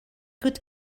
good